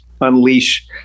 unleash